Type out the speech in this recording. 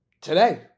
today